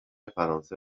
فرانسه